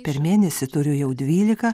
per mėnesį turiu jau dvylika